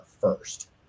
first